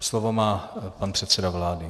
Slovo má pan předseda vlády.